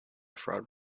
fraud